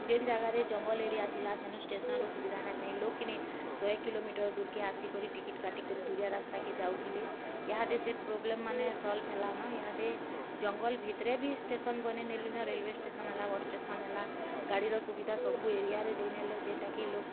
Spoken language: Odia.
ଯେନ୍ ଜାଗାରେ ଜଙ୍ଗଲ ଏରିଆ ଥିଲା ସେନୁ ଷ୍ଟେସନ୍ର ସୁବିଧା ନାଇଁଥାଇ ଲୋକ୍ କିନି ଶହେ କିଲୋମିଟର ଦୂରକେ ଆସିକରି ଟିକେଟ୍ କାଟିକରି ଦୁରିଆ ରାସ୍ତାକେ ଯାଉଥିଲେ ଇହାଦେ ସେ ପ୍ରୋବ୍ଲେମ୍ ମାନେ ସଲ୍ଫ ହେଲାନ ଇହାଦେ ଜଙ୍ଗଲ ଭିତରେ ବି ଷ୍ଟେସନ୍ ବନାଇନେଲେନ ରେଲୱେ ଷ୍ଟେସନ୍ ହେଲା ବସ୍ ଷ୍ଟେସନ୍ ହେଲା ଗାଡ଼ିର ସୁବିଧା ସବୁ ଏରିଆରେ ଦେଇନେଲେ ଯେନ୍ଟାକି ଲୋକ୍